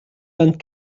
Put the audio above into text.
vingt